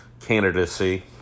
candidacy